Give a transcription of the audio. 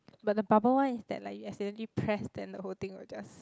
but the bubble one is that like you accidentally press then the whole thing will just